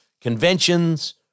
conventions